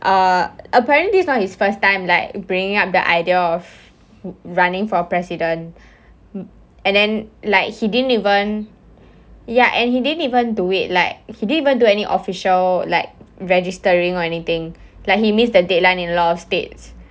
uh apparently this was his first time like bringing up the idea of running for president and then like he didn't even ya and he didn't even do it like he didn't even do any official like registering or anything like he missed that deadline in law of states